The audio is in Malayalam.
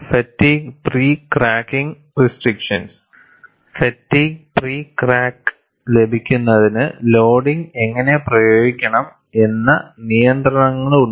fatigue pre cracking restrictions fatigue pre crack ലഭിക്കുന്നതിന് ലോഡിംഗ് എങ്ങനെ പ്രയോഗിക്കണം എന്ന നിയന്ത്രണങ്ങളുണ്ട്